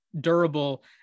durable